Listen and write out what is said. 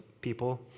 people